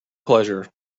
pleasure